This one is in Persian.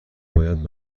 باید